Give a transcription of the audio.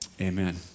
amen